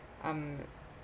um